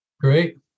Great